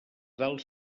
dalt